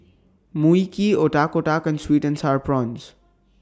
Mui Kee Otak Otak and Sweet and Sour Prawns